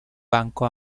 banco